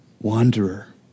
wanderer